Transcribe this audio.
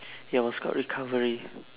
ya was called recovery